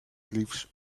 glyphs